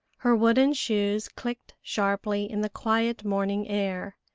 her wooden shoes clicked sharply in the quiet morning air,